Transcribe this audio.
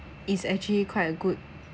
it's actually quite a good